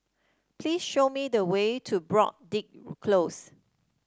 please show me the way to Broadrick Close